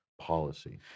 policy